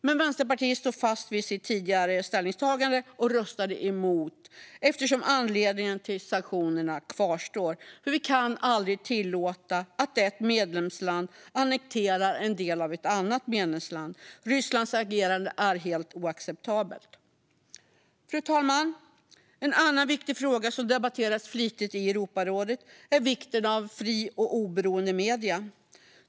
Men Vänsterpartiet stod fast vid sitt tidigare ställningstagande och röstade emot eftersom anledningen till sanktionerna kvarstod. Vi kan aldrig tillåta att ett medlemsland annekterar en del av ett annat medlemsland. Rysslands agerande är helt oacceptabelt. Fru talman! En annan viktig fråga som debatteras flitigt i Europarådet är vikten av fria och oberoende medier.